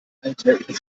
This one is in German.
alltäglichen